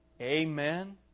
Amen